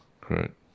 correct